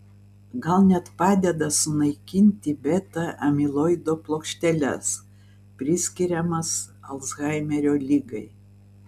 gal net padeda sunaikinti beta amiloido plokšteles priskiriamas alzhaimerio ligai